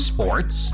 Sports